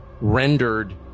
rendered